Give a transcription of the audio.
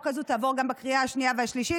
הזו תעבור גם בקריאה השנייה והשלישית.